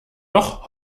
noch